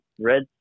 red